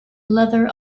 leather